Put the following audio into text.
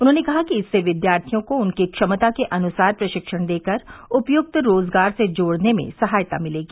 उन्होंने कहा कि इससे विद्यार्थियों को उनकी क्षमता के अनुसार प्रशिक्षण देकर उपयक्त रोजगार से जोड़ने में सहायता मिलेगी